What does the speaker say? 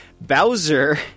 Bowser